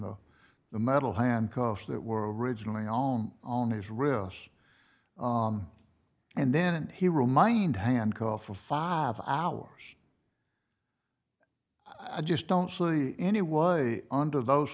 the the metal handcuffs that were originally all on his wrists and then he reminded hand call for five hours i just don't see any was under those